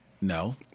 No